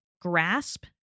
grasp